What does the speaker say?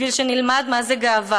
בשביל שנלמד מה זה גאווה,